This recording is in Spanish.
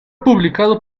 publicado